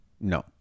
No